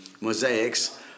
mosaics